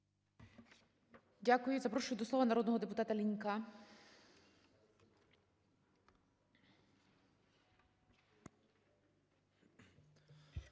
Дякую. Запрошу до слова народного депутата Лінька.